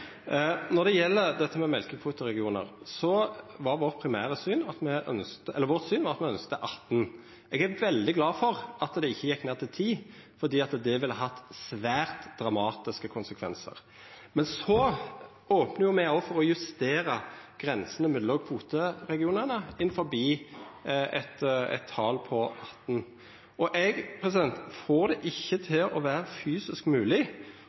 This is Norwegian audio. Når det gjeld dette med mjølkekvoteregionar, var vårt syn at me ønskte 18. Eg er veldig glad for at det ikkje gjekk ned til 10, for det ville hatt svært dramatiske konsekvensar. Men så opnar me òg for å justera grensene mellom kvoteregionane innanfor eit tal på 18, og eg får det ikkje til å vera fysisk